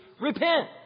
repent